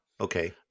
Okay